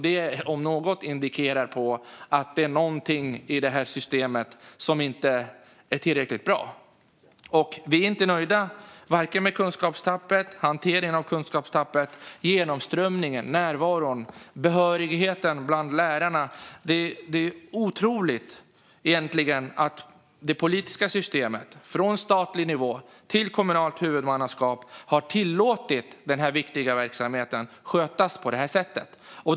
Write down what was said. Det om något indikerar på att det är någonting i systemet som inte är tillräckligt bra. Vi är inte nöjda med vare sig kunskapstappet, hanteringen av kunskapstappet, genomströmningen, närvaron eller behörigheten bland lärarna. Det är egentligen otroligt att det politiska systemet, från statlig nivå till kommunalt huvudmannaskap, har tillåtit att denna viktiga verksamhet har skötts på det här sättet.